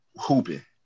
hooping